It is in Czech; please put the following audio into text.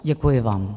Děkuji vám.